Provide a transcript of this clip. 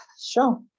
sure